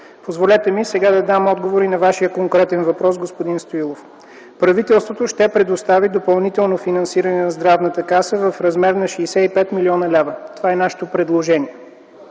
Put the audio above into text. Позволете ми сега да дам отговор и на Вашия конкретен въпрос, господин Стоилов. Правителството ще предостави допълнително финансиране на Здравната каса в размер на 65 млн. лв. Това е нашето предложение.